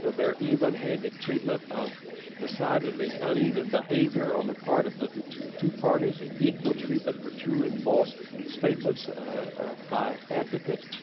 you know their evenhanded treatment of decidedly uneven behavior on the part of the two parties, the equal treatment for true and false statements by advocates,